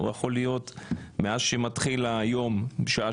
הוא יכול להיות מאז שמתחיל היום בשעה